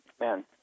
man